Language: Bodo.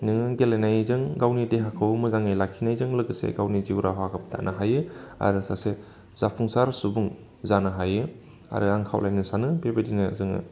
नोङो गेलेनायजों गावनि देहाखौ मोजाङै लाखिनायजों लोगोसे गावनि जिउ राहा होबथानो हायो आरो सासे जाफुंसार सुबुं जानो हायो आरो आं खावलायनो सानो बेबायदिनो जोङो